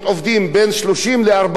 אם תבוא המדינה ותציע,